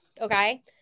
okay